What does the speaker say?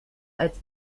als